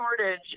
shortage